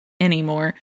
anymore